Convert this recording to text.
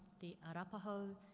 the arapaho,